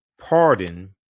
pardon